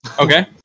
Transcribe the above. Okay